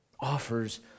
Offers